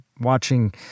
watching